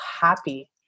happy